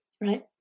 right